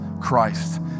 Christ